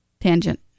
tangent